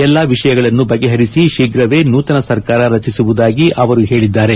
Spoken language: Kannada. ಎಲ್ಲಾ ವಿಷಯಗಳನ್ನು ಬಗೆಹರಿಸಿ ಶೀಘ್ರವೇ ನೂತನ ಸರ್ಕಾರ ರಚಿಸುವುದಾಗಿ ಅವರು ಪೇಳಿದ್ದಾರೆ